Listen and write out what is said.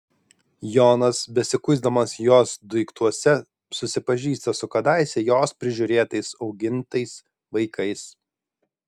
jonas besikuisdamas jos daiktuose susipažįsta su kadaise jos prižiūrėtais augintais vaikais